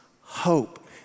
hope